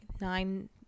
nine